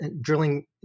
drilling